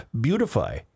beautify